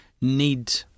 need